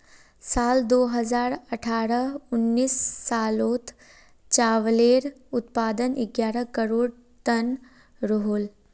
साल दो हज़ार अठारह उन्नीस सालोत चावालेर उत्पादन ग्यारह करोड़ तन रोहोल